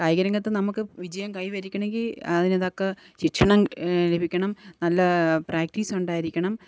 കായികരംഗത്ത് നമുക്ക് വിജയം കൈവരിക്കണമെങ്കില് അതിന് തക്ക ശിക്ഷണം ലഭിക്കണം നല്ല പ്രാക്ടീസുണ്ടായിരിക്കണം